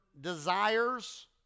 desires